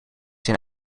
zijn